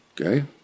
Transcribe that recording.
okay